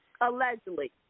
allegedly